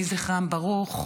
יהי זכרם ברוך.